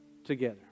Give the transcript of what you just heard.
Together